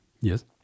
Yes